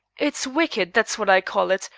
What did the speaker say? it's wicked, that's what i call it,